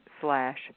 slash